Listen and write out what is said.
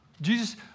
Jesus